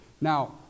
Now